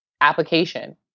application